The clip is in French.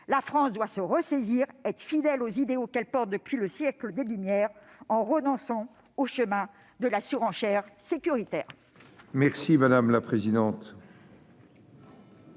La France doit se ressaisir et rester fidèle aux idéaux qu'elle porte depuis le siècle des Lumières, en renonçant au chemin de la surenchère sécuritaire.